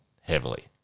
heavily